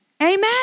Amen